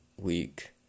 week